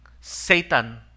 Satan